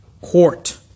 Court